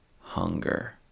hunger